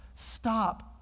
stop